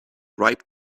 ripe